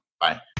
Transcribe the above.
Bye